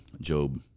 Job